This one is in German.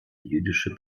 jüdische